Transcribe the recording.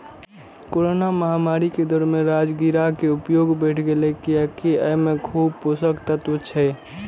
corona महामारी के दौर मे राजगिरा के उपयोग बढ़ि गैले, कियैकि अय मे खूब पोषक तत्व छै